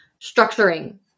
structuring